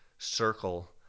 circle